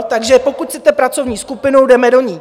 Takže pokud chcete pracovní skupinu, jdeme do ní.